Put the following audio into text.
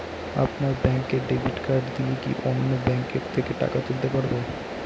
আপনার ব্যাংকের debit card দিয়ে কি অন্য ব্যাংকের থেকে টাকা তুলতে পারবো?